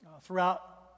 throughout